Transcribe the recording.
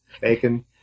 bacon